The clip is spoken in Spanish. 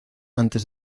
antes